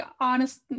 honest